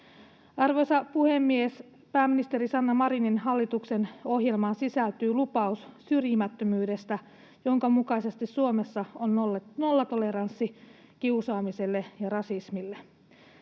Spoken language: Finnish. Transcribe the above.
Arvoisa puhemies! Pääministeri Sanna Marinin hallituksen ohjelmaan sisältyy lupaus syrjimättömyydestä, jonka mukaisesti Suomessa on nollatoleranssi kiusaamiselle ja rasismille.